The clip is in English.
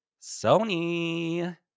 Sony